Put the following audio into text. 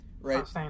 right